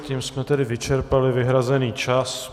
Tím jsme tedy vyčerpali vyhrazený čas.